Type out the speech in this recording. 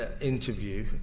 interview